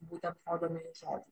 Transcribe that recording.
būtent rodomieji žodžiai